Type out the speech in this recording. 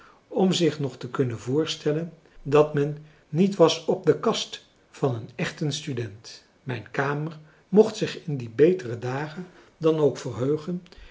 om zich nog te kunnen voorstellen dat men niet was op de kast van een echten student mijn kamer mocht zich in die betere dagen dan ook verheugen